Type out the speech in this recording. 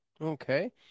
Okay